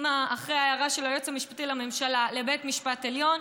אחרי ההערה של היועץ המשפטי לממשלה לבית משפט עליון,